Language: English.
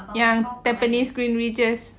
yang tampines green riches